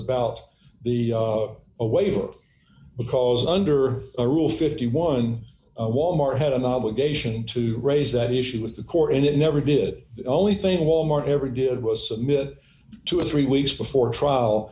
about the away vote because under a rule fifty one wal mart had an obligation to raise that issue with the court and it never did the only thing wal mart ever did was submit two or three weeks before trial